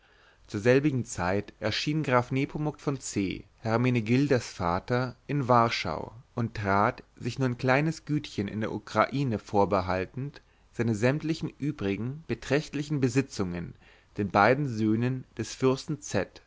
zur selbigen zeit erschien graf nepomuk von c hermenegildas vater in warschau und trat sich nur ein kleines gütchen in der ukraine vorbehaltend seine sämtlichen übrigen beträchtlichen besitzungen den beiden söhnen des fürsten